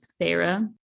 Thera